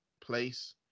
place